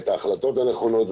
את ההחלטות הנכונות.